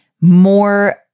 more